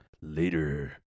later